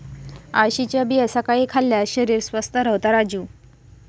अळशीच्या बिया सकाळी खाल्ल्यार शरीर स्वस्थ रव्हता राजू